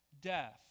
Death